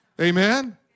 amen